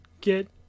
get